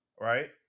Right